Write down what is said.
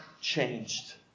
changed